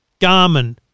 Garmin